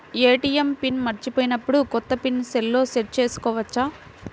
ATM pin మరచిపోయినప్పుడు, కొత్త pin సెల్లో సెట్ చేసుకోవచ్చా?